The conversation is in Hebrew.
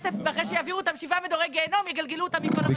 ואחרי שיעבירו אותם שבעה מדורי גיהינום יגלגלו אותם מכל המדרגות.